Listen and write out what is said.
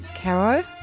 Caro